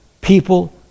people